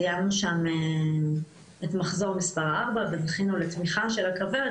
סיימנו שם את מחזור מספר 4 וזכינו לתמיכה של הכוורת,